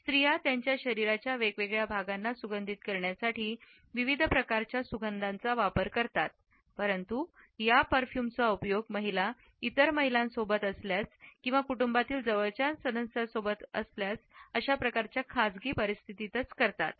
स्त्रिया त्यांच्या शरीराच्या वेगवेगळ्या भागांना सुगंधित करण्यासाठी विविध प्रकारच्या सुगंधांचा वापर करतात परंतु या परफ्यूमचा उपयोग महिलां इतर महिलांसोबत किंवा कुटुंबातील जवळच्या सदस्यांसोबत अशा प्रकारच्या खाजगी परिस्थितीतच करतात